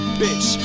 bitch